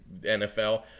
NFL